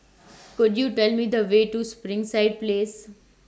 Could YOU Tell Me The Way to Springside Place